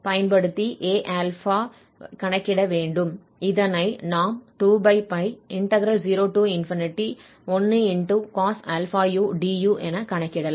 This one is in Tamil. இதனை நாம் 20αu du என கணக்கிடலாம்